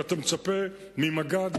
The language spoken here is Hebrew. שאתה מצפה ממג"ד,